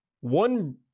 one